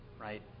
right